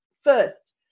First